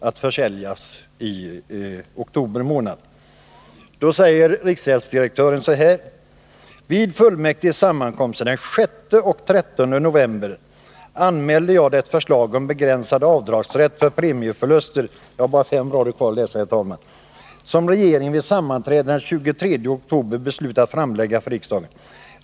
att försäljas i oktober månad. Riksgäldsdirektören skrev följande: ”Vid fullmäktiges sammankomster den 6 och 13 november anmälde jag det förslag om begränsad avdragsrätt för premieförluster som regeringen vid sammanträde den 23 oktober beslutat framlägga för riksdagen.